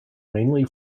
mainly